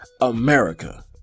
America